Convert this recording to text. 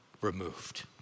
removed